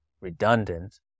redundant